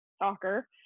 Soccer